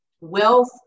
wealth